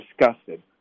disgusted